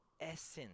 essence